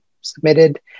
submitted